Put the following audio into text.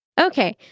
Okay